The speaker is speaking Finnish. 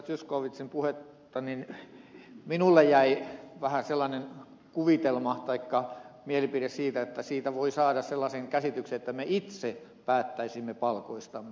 zyskowiczin puhetta niin minulle jäi vähän sellainen kuvitelma taikka mielipide siitä että siitä voi saada sellaisen käsityksen että me itse päättäisimme palkoistamme